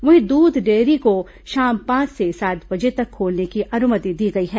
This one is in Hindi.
वहीं दूध डेयरी को शाम पांच से सात बजे तक खोलने की अनुमति दी गई है